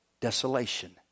desolation